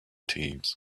thieves